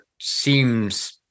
seems